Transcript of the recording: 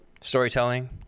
storytelling